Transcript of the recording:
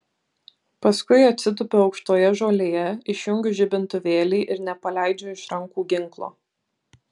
paskui atsitupiu aukštoje žolėje išjungiu žibintuvėlį ir nepaleidžiu iš rankų ginklo